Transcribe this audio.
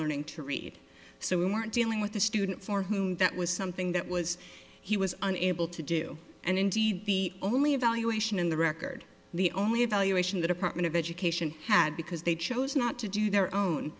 learning to read so we weren't dealing with the student for whom that was something that was he was unable to do and indeed the only evaluation in the record the only evaluation the department of education had because they chose not to do their own